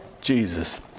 Jesus